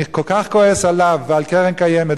אני כל כך כועס עליו ועל הקרן הקיימת,